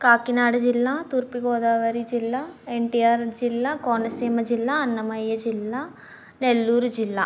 కాకినాడ జిల్లా తూర్పుగోదావరి జిల్లా ఎన్టీఆర్ జిల్లా కోనసీమ జిల్లా అన్నమయ్య జిల్లా నెల్లూరు జిల్లా